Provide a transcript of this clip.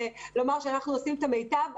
ולומר שאנחנו עושים את המיטב.